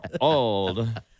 old